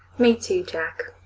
me too jack.